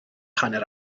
hanner